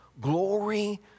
glory